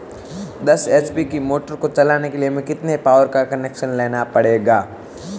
दस एच.पी की मोटर को चलाने के लिए हमें कितने पावर का कनेक्शन लेना पड़ेगा?